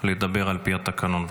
לדבר על פי התקנון.